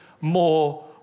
more